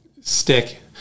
stick